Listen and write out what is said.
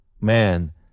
Man